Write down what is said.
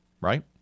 right